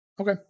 Okay